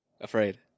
afraid